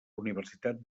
universitat